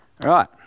right